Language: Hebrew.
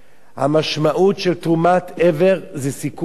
המשמעות של תרומת איבר זה סיכון חיים,